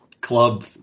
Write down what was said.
club